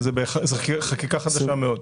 זאת חקיקה חדשה מאוד.